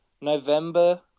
November